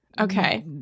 Okay